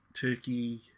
turkey